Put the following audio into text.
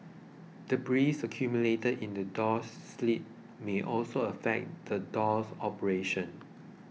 debris accumulated in the door sill may also affect the door's operation